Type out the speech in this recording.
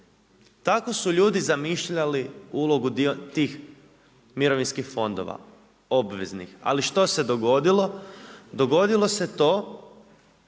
Tako su ljudi zamišljali ulogu tih mirovinskih fondova, obveznih. Ali što se dogodilo? Dogodilo se to